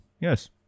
Yes